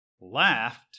laughed